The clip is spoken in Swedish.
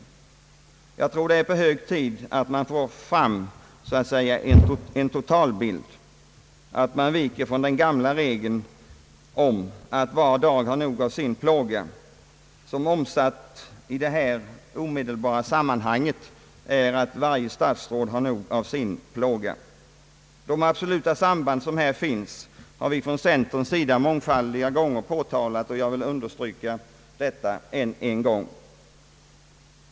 Jag tror det är hög tid att man får fram så att säga en totalbild, att man viker från den gamla regeln om att var dag har nog av sin egen plåga, som omsatt i detta omedelbara sammanhang är att varje statsråd har nog av sin plåga. De absoluta samband som här finns har vi från centerns sida här många gånger påtalat och jag vill understryka detta ännu en gång.